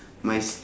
my s~